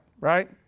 right